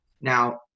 Now